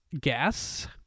gas